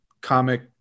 comic